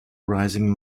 rising